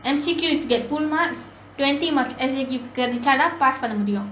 M_C_Q is get full marks twenty marks M_C_Q கிடைச்சாதான்:kidachaathaan pass பண்ண முடியும்:panna mudiyum